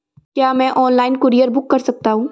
क्या मैं online courier book कर सकता हूँ?